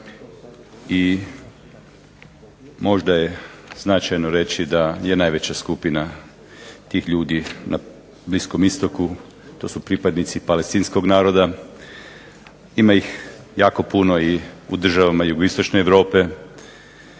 I možda je značajno reći da je najveća skupina tih ljudi na Bliskom istoku. To su pripadnici palestinskog naroda. Ima ih jako puno i u državama jugoistočne Europe,